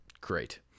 Great